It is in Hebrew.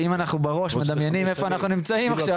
ואם אנחנו בראש רואים איפה אנחנו נמצאים עכשיו,